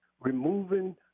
removing